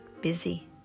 busy